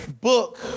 book